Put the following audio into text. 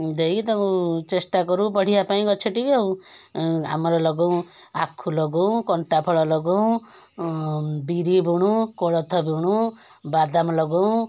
ଦେଇ ତାକୁ ଚେଷ୍ଟା କରୁ ବଢ଼ିବା ପାଇଁ ଗଛଟି କୁ ଆଉ ଆମର ଲଗଉଁ ଆଖୁ ଲଗଉଁ କଣ୍ଟାଫଳ ଲଗଉଁ ବିରି ବୁଣୁ କୋଳଥ ବୁଣୁ ବାଦାମ ଲଗଉଁ